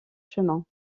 chemins